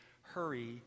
Hurry